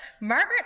Margaret